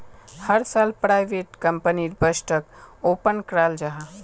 हर साल प्राइवेट कंपनीर बजटोक ओपन कराल जाहा